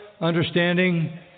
understanding